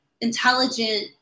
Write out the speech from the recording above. intelligent